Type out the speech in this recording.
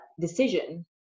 decision